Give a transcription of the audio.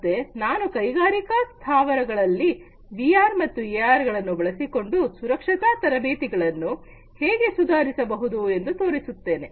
ಮತ್ತೆ ನಾನು ಕೈಗಾರಿಕಾ ಸ್ಥಾವರಗಳಲ್ಲಿಗಳಲ್ಲಿ ವಿಆರ್ ಮತ್ತು ಎಆರ್ ಗಳನ್ನು ಬಳಸಿಕೊಂಡು ಸುರಕ್ಷತಾ ತರಬೇತಿಗಳನ್ನು ಹೇಗೆ ಸುಧಾರಿಸಬಹುದು ಎಂದು ತೋರಿಸುತ್ತೇನೆ